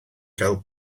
gael